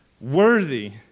worthy